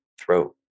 throat